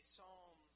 Psalm